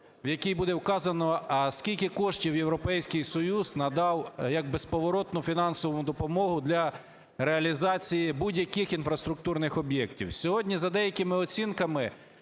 в якій буде вказано, скільки коштів Європейський Союз надав як безповоротну фінансову допомогу для реалізації будь-який інфраструктурних об'єктів. Сьогодні за деякими оцінками